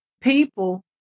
people